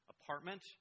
apartment